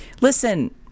Listen